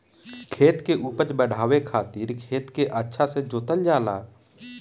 खेत के उपज बढ़ावे खातिर खेत के अच्छा से जोतल जाला